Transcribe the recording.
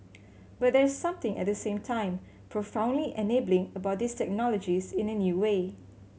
but there's something at the same time profoundly enabling about these technologies in a new way